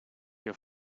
your